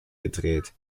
gedreht